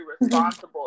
responsible